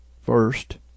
first